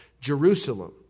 Jerusalem